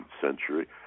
century